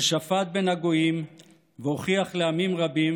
ושפט בין הגוים והוכיח לעמים רבים